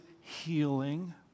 healing